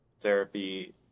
therapy